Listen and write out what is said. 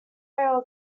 rail